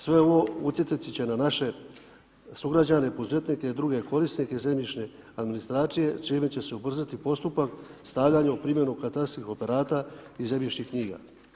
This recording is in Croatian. Sve ovo utjecati će na naše sugrađane, poduzetnike i druge korisnike zemljišne administracije čime će se ubrzati postupak stavljanja u primjenu katastarskih operata i zemljišnih knjiga.